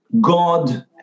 God